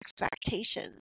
expectation